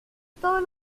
todos